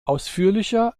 ausführlicher